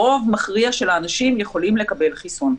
רוב מכריע של האנשים יכולים לקבל חיסון.